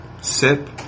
sip